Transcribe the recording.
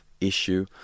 issue